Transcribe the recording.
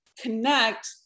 connect